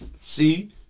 See